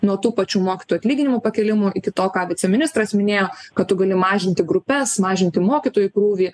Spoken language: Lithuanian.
nuo tų pačių mokytojų atlyginimų pakėlimo iki to ką viceministras minėjo kad tu gali mažinti grupes mažinti mokytojų krūvį